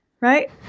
right